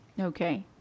Okay